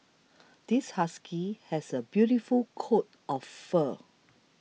this husky has a beautiful coat of fur